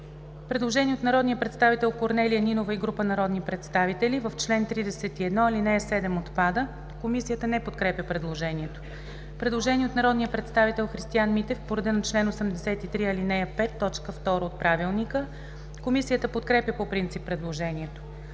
Предложение от народния представител Корнелия Нинова и група народни представители: в чл. 31 ал. 7 отпада. Комисията не подкрепя предложението. Предложение от народния представител Христиан Митев по реда на чл. 83, ал. 5, т. 2 от Правилника. Комисията подкрепя по принцип предложението.